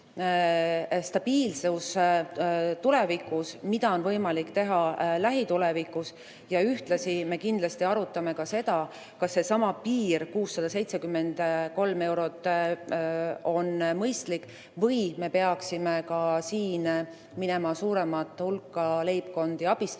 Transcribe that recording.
stabiilsus tulevikus – mida on võimalik teha lähitulevikus. Ühtlasi me kindlasti arutame ka seda, kas piir 673 eurot on mõistlik või me peaksime ka siin minema suuremat hulka leibkondi abistama